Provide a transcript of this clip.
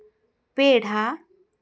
peda